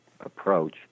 approach